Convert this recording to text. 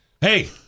Hey